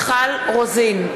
רוזין,